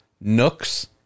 nooks